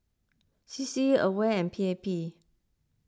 C C Aware and P A P